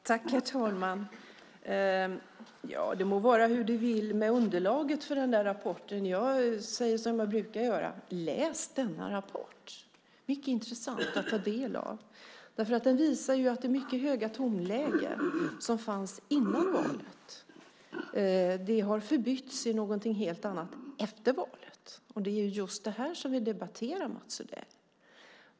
Herr talman! Ja, det må vara hur det vill med underlaget för den där rapporten. Jag säger som jag brukar göra: Läs denna rapport! Den är mycket intressant att ta del av. Den visar att det mycket höga tonläge som fanns före valet har förbytts i någonting helt annat efter valet. Det är just det här som vi debatterar, Mats Odell.